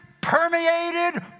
permeated